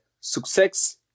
success